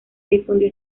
difundió